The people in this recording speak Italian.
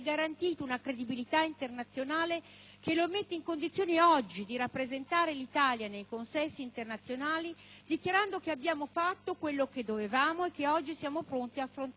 che lo mette oggi in condizione di rappresentare l'Italia nei consessi internazionali dichiarando che abbiamo fatto quello che dovevamo e che siamo oggi pronti ad affrontare la crisi che si presenta nel nostro Paese.